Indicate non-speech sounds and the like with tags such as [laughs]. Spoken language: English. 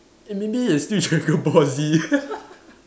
eh maybe it's still dragon ball Z [laughs]